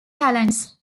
talents